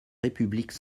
république